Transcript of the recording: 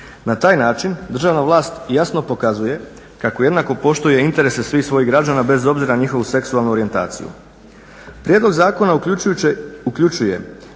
Na taj način državna vlast jasno pokazuje kako jednako poštuje interese svih svojih građana bez obzira na njihovu seksualnu orijentaciju. Prijedlog zakona uključuje